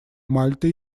мальты